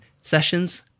sessions